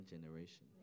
generation